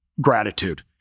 gratitude